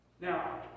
Now